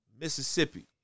Mississippi